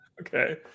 Okay